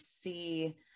see